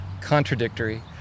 Contradictory